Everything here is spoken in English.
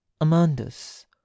Amandus